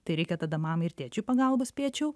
tai reikia tada mamai ir tėčiui pagalbos spėčiau